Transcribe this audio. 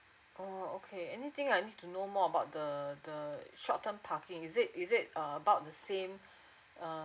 oh okay anything I just to know more about the the short term parking is it is it um about the same uh